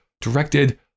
Directed